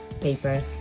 paper